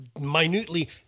minutely